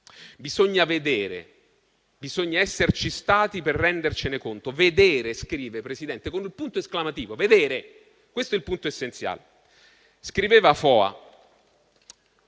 Bisogna vedere, bisogna esserci stati per rendersene conto. Scrive vedere, Presidente, con un punto esclamativo: vedere! Questo è il punto essenziale. Scriveva Foa: